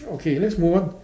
okay let's move on